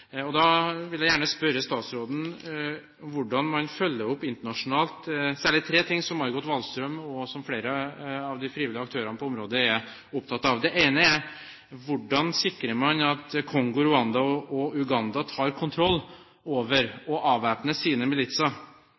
bredt. Da vil jeg gjerne spørre statsråden hvordan man følger opp internasjonalt særlig tre ting som Margot Wallström og flere av de frivillige aktørene på området er opptatt av: Hvordan sikrer man at Kongo, Rwanda og Uganda tar kontroll over og avvæpner sine militser?